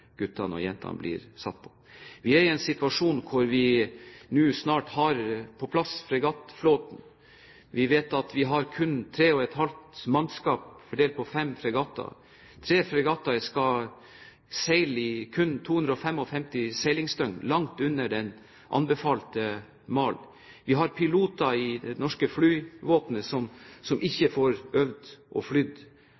guttene og jentene blir stilt overfor. Vi er i en situasjon hvor vi snart har på plass fregattflåten. Vi vet at vi har kun tre og et halvt mannskap fordelt på fem fregatter. Tre fregatter skal ha kun 255 seilingsdøgn, langt under den anbefalte mal. Vi har piloter i det norske flyvåpenet som ikke får øvd eller flydd tilstrekkelig. Vi har en HV-styrke som